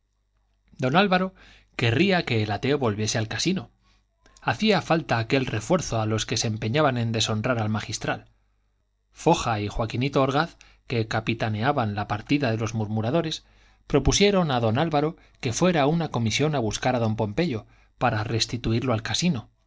don álvaro quería que el ateo volviese al casino hacía falta aquel refuerzo a los que se empeñaban en deshonrar al magistral foja y joaquinito orgaz que capitaneaban la partida de los murmuradores propusieron a don álvaro que fuera una comisión a buscar a don pompeyo para restituirlo al casino de